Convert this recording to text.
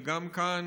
וגם כאן